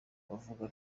bavuga